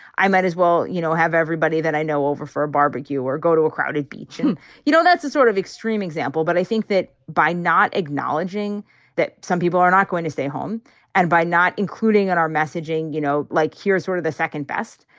i might as well, you know, have everybody that i know over for a barbecue or go to a crowded beach. you know, that's the sort of extreme example. but i think that by not acknowledging that some people are not going to stay home and by not including in our messaging, you know, like here's sort of the second best.